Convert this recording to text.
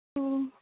ꯑꯣ